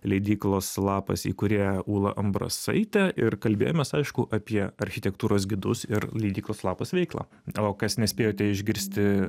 leidyklos lapas įkūrėją ūlą ambrasaitę ir kalbėjomės aišku apie architektūros gidus ir leidyklos lapas veiklą o kas nespėjote išgirsti